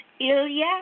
Ilya